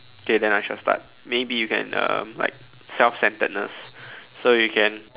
okay then I shall start maybe you can um like self centeredness so you can